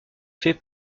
fait